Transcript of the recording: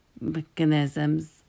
mechanisms